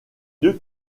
deux